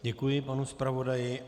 Děkuji panu zpravodaji.